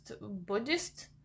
Buddhist